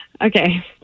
okay